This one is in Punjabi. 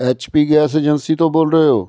ਐਚਪੀ ਗੈਸ ਏਜੰਸੀ ਤੋਂ ਬੋਲ ਰਹੇ ਹੋ